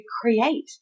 create